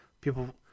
people